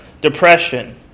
Depression